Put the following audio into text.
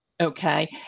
okay